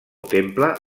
temple